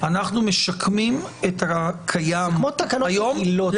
אנחנו משקמים את הקיים כיום,